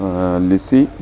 Lissy